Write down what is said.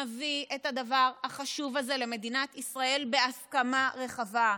נביא את הדבר החשוב הזה למדינת ישראל בהסכמה רחבה,